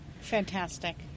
fantastic